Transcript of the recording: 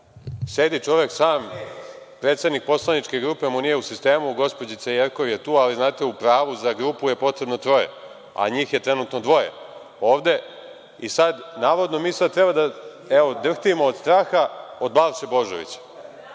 Sedi čovek sam, predsednik poslaničke grupe mu nije u sistemu, gospođica Jerkov je tu, ali, znate, u pravu, za grupu je potrebno troje, a njih je trenutno dvoje ovde i navodno mi sad treba da drhtimo od straha od Balše Božovića.